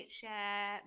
share